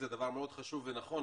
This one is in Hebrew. זה דבר מאוד חשוב ונכון,